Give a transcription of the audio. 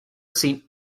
seen